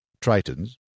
Tritons